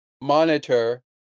monitor